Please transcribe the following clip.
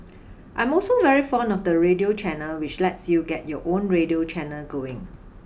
I am also very fond of the radio channel which lets you get your own radio channel going